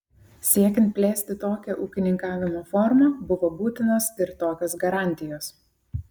siekiant plėsti tokią ūkininkavimo formą buvo būtinos ir tokios garantijos